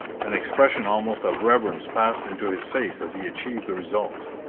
an expression almost of reverence passed into his face as he achieved the result.